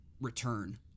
return